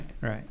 right